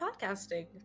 podcasting